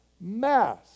Mass